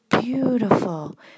beautiful